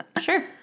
Sure